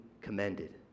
commended